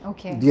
Okay